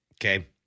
okay